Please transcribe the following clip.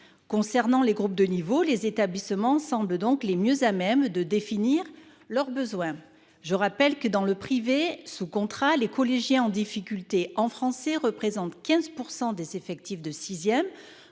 concerne les groupes de niveau, les établissements semblent donc les mieux à même de définir leurs besoins. Je rappelle que, dans le privé sous contrat, les collégiens en difficulté en français représentent 15 % des effectifs de